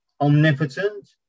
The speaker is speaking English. Omnipotent